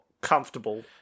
comfortable